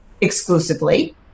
exclusively